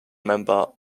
member